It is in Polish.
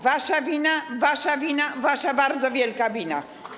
Wasza wina, wasza wina, wasza bardzo wielka wina.